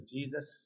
Jesus